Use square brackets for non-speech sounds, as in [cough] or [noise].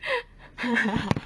[laughs]